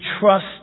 trust